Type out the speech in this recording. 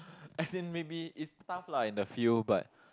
as in maybe is tough lah in the field but